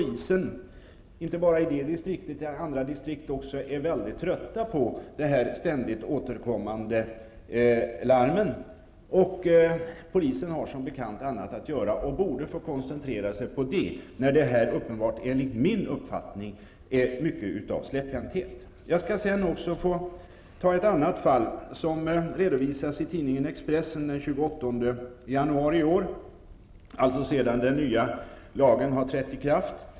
Inte bara polisen i det distriktet utan även i andra distrikt är mycket trötta på dessa ständigt återkommande larm. Polisen har som bekant annat att göra och borde få koncentrera sig på det. Detta är enligt min uppfattning mycket släpphänt. Sedan vill jag också ta upp ett annat fall som redovisas i tidningen Expressen den 28 januari i år, alltså sedan den nya lagen trätt i kraft.